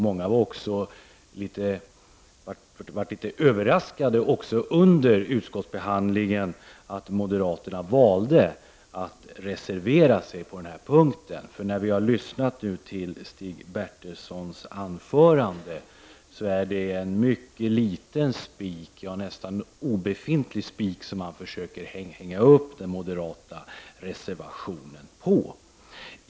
Många blev under utskottsbehandlingen litet överraskade av att moderaterna valde att reservera sig på den här punkten. När vi nu har lyssnat på Stig Bertilssons anförande är det en liten spik, ja, nästan obefintlig spik, som han försöker hänga upp den moderata reservationen på.